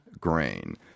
grain